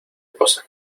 cosa